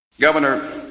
Governor